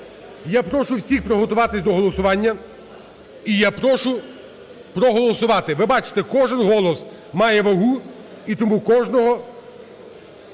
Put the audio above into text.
Я прошу всіх приготуватись до голосування і я прошу проголосувати. Ви бачите, кожен голос має вагу, і тому кожного